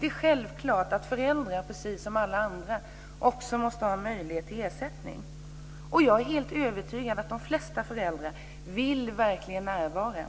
Det är självklart att föräldrar, precis som alla andra, också måste ha möjlighet till ersättning. Jag är helt övertygad om att de flesta föräldrar verkligen vill närvara.